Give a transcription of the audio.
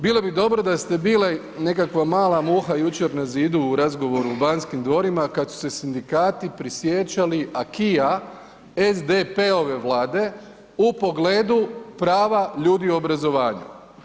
Bilo bi dobro da ste bili nekakva mala muha jučer na zidu u razgovoru u Banskim dvorima kad su se sindikati prisjećali akia SDP-ove vlade u pogledu prava ljudi u obrazovanje.